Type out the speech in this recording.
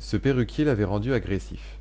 ce perruquier l'avait rendu agressif